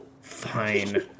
fine